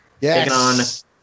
Yes